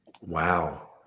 Wow